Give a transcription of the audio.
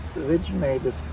originated